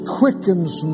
quickens